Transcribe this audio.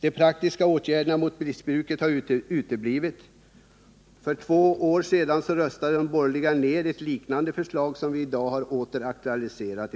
De praktiska åtgärderna mot missbruket har uteblivit. För två år sedan röstade de borgerliga ned ett förslag från socialdemokraterna liknande det som vi i dag aktualiserat.